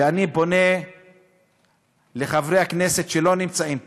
ואני פונה לחברי הכנסת שלא נמצאים פה,